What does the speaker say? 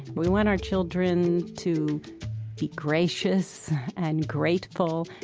we want our children to be gracious and grateful.